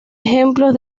ejemplos